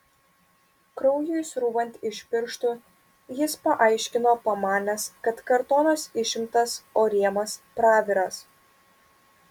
kraujui srūvant iš pirštų jis paaiškino pamanęs kad kartonas išimtas o rėmas praviras